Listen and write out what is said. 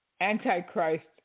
Antichrist